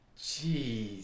Jeez